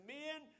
men